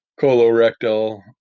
colorectal